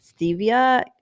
stevia